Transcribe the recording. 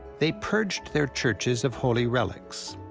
they purged their churches of holy relics,